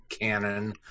canon